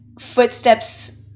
footsteps